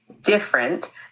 Different